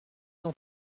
dans